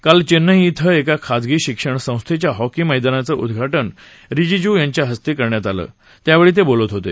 काल चेन्नई इथं एका खाजगी शिक्षणसंस्थेच्या हॉकी मैदानाचं उद्धाटन रिजीजू यांच्या हस्ते झालं त्यावेळी ते बोलत होते